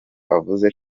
avuze